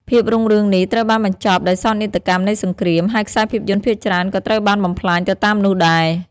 ភាពរុងរឿងនេះត្រូវបានបញ្ចប់ដោយសោកនាដកម្មនៃសង្គ្រាម ហើយខ្សែភាពយន្តភាគច្រើនក៏ត្រូវបានបំផ្លាញទៅតាមនោះដែរ។